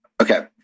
Okay